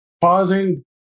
Pausing